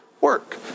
work